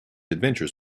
adventures